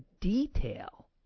detail